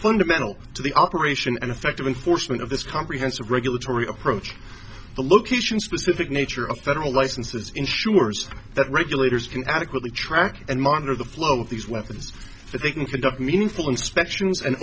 fundamental to the operation and effective enforcement of this comprehensive regulatory approach the location specific nature of federal licenses ensures that regulators can adequately track and monitor the flow of these weapons if they can conduct meaningful inspections an